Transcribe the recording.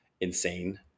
insane